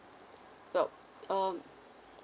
well um